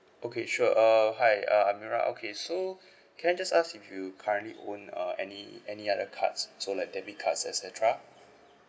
okay sure uh hi uh amirah okay so can I just ask if you currently own uh any any other cards so like debit cards et cetera